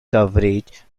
coverage